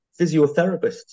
physiotherapists